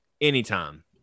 anytime